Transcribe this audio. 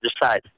decide